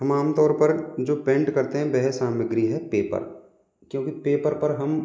हम आमतौर पर जो पेंट करते हैं वह सामग्री है पेपर क्योंकि पेपर पर हम